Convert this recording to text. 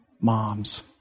moms